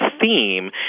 theme